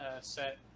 set